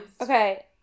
Okay